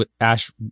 Ash